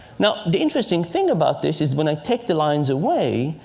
now, the interesting thing about this is when i take the lines away,